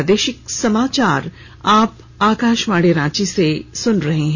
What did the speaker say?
प्रादेशिक समाचार आप आकाशवाणी रांची से सुन रहे हैं